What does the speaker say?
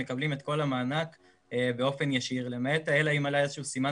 מקבלים את כל המענק באופן ישיר למעט אלה אם היה להם איזה שהוא סימן